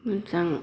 मोजां